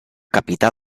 capità